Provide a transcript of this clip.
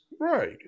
Right